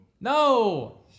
No